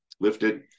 lifted